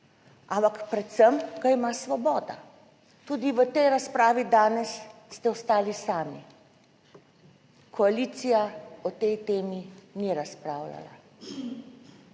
ampak predvsem ga ima Svoboda. Tudi v tej razpravi danes ste ostali sami; koalicija o tej temi ni razpravljala.